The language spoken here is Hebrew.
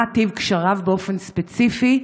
מה טיב קשריו באופן ספציפי,